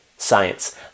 science